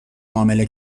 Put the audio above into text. معامله